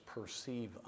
perceive